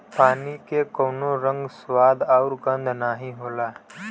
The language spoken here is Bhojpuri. पानी के कउनो रंग, स्वाद आउर गंध नाहीं होला